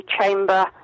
chamber